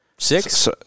Six